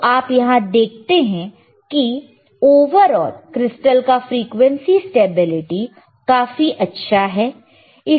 तो आप यहां देखते हैं की ओवरऑल क्रिस्टल का फ्रीक्वेंसी स्टेबिलिटी काफी अच्छा है